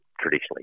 traditionally